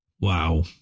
Wow